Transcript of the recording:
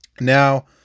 Now